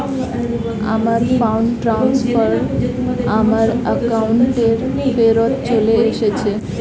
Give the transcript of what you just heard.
আমার fund transfer আমার অ্যাকাউন্টেই ফেরত চলে এসেছে